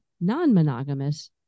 non-monogamous